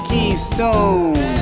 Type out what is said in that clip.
Keystone